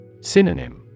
Synonym